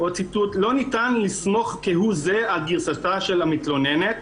לא ניתן לסמוך כהוא זה על גרסתה של המתלוננת."